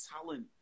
talent